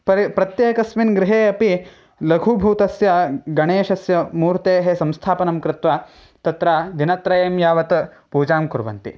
प्रति प्रत्येकस्मिन् गृहे अपि लघुभूतस्य गणेशस्य मूर्तेः संस्थापनं कृत्वा तत्र दिनत्रयं यावत् पूजां कुर्वन्ति